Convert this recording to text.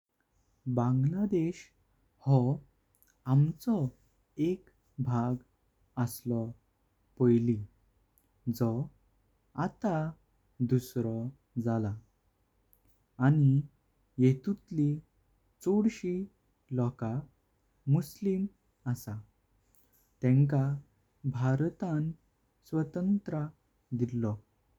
बांग्लादेश हो आमचो एक भाग असलो पोईली। जे आता दुसरो जाळा आनी येतूटली चोडशी लोका मुस्लिम आसा। जेंका भारता स्वातंत्र दिलो।